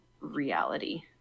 reality